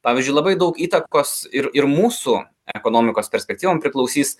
pavyzdžiui labai daug įtakos ir ir mūsų ekonomikos perspektyvom priklausys